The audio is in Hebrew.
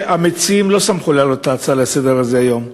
שהמציעים לא שמחו להעלות את ההצעה הזאת לסדר-היום היום.